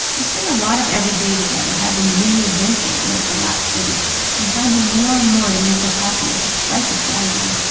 we spent a lot of every day together having mini-adventures in the collapsed city and finding more and more to make us happy despite the tragedy.